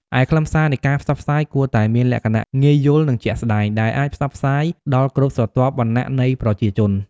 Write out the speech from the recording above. ឯខ្លឹមសារនៃការផ្សព្វផ្សាយគួរតែមានលក្ខណៈងាយយល់ និងជាក់ស្តែង ដែលអាចផ្សព្វផ្សាយដល់គ្រប់ស្រទាប់វណ្ណៈនៃប្រជាជន។